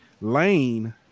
Lane